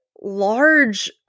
large